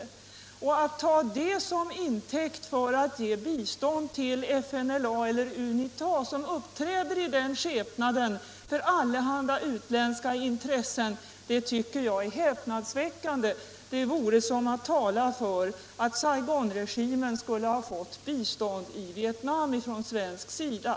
Att göra en jämförelse härvidlag och ta det till intäkt för att ge bistånd till FNLA eller UNITA, som uppträder som hjälpreda åt allehanda utländska in tressen, tycker jag är häpnadsväckande. Det vore som att tala för att - Nr 32 Saigonregimen i Vietnam skulle ha fått bistånd från svensk sida.